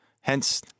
hence